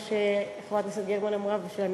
הכנסת חבר הכנסת יואל חסון,